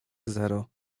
zero